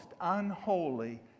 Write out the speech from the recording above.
unholy